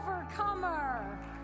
overcomer